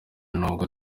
nubwo